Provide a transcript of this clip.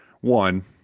one